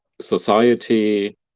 society